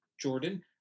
Jordan